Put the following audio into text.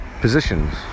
positions